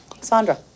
Sandra